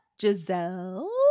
Giselle